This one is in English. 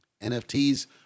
nfts